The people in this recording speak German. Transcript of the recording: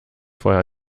vorher